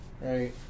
right